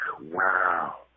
wow